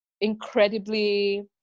incredibly